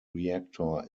reactor